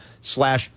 slash